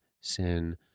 sin